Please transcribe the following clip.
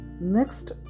next